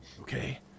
Okay